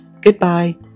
goodbye